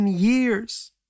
years